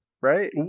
right